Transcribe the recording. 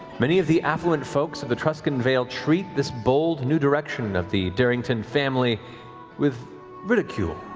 many of the affluent folks of the truscan vale treat this bold new direction of the darrington family with ridicule,